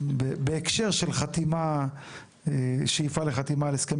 בהקשר של חתימה או שאיפה לחתימה להסכם